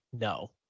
No